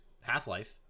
Half-Life